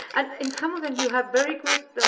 and in some of them you have very good,